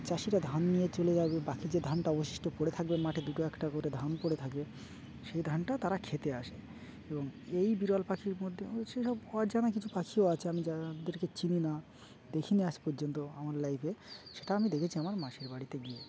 চাষিরা ধান নিয়ে চলে যাবে বাকি যে ধানটা অবশিষ্ট পড়ে থাকবে মাঠে দুটো একটা করে ধান পড়ে থাকবে সেই ধানটা তারা খেতে আসে এবং এই বিরল পাখির মধ্যে হচ্ছে সব অজানা কিছু পাখিও আছে আমি যাদেরকে চিনি না দেখিনি আজ পর্যন্ত আমার লাইফে সেটা আমি দেখেছি আমার মাসির বাড়িতে গিয়ে